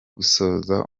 gusoza